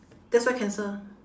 that's why cancel